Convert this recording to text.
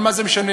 אבל מה זה משנה?